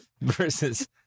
versus